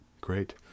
great